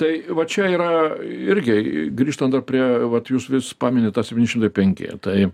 tai vat čia yra irgi grįžtant dar prie vat jūs vis pamenit tą septyni šimtai penki tai